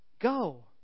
Go